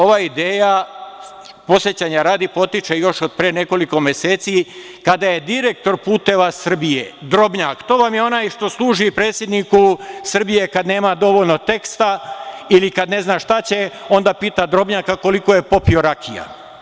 Ova ideja, podsećanja radi, potiče još od pre nekoliko meseci kada je direktor „Puteva Srbije“ Drobnjak, to vam je onaj što služi predsedniku Srbije kad nema dovoljno teksta ili kad ne zna šta će, onda pita Drobnjaka koliko je popio rakija.